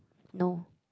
no